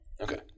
Okay